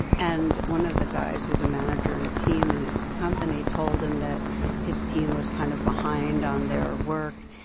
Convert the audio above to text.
and one of the guys who's a manager in a team in his company told him that his team was kind of behind on their work.